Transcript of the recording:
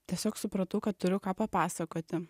tiesiog supratau kad turiu ką papasakoti